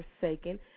Forsaken